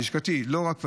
לשכתי, לא רק בתשובות,